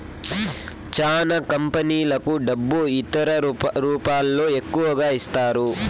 చానా కంపెనీలకు డబ్బు ఇతర రూపాల్లో ఎక్కువగా ఇస్తారు